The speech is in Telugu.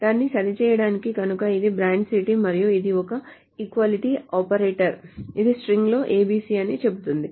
దాన్ని సరిచేయడానికి కనుక ఇది బ్రాంచ్ సిటీ మరియు ఇది ఒక ఈక్వాలిటీ ఆపరేటర్ ఇది స్ట్రింగ్ లో ABC అని చెబుతుంది